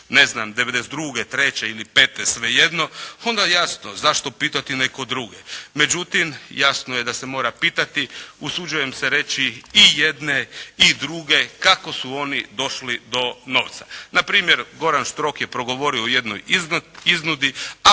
ne znam 92., 93. ili 95. sve jedno, onda jasno zašto pitati neke druge. Međutim, jasno je da se mora pitati, usuđujem se reći i jedne i druge kako su oni došli do novca. Na primjer Goran Štrok je progovorio o jednoj iznudi,